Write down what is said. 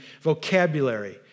vocabulary